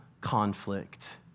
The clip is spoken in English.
conflict